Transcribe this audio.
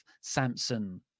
samson